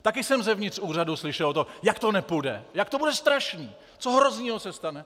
Taky jsem zevnitř úřadu slyšel to, jak to nepůjde, jak to bude strašný, co hroznýho se stane!